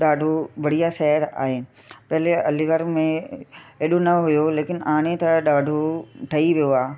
ॾाढो बढ़िया शहर आहे पहिले अलीगढ़ में अहिड़ो न हुयो लेकिन हाणे त ॾाढो ठही वियो आहे